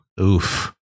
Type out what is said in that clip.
Oof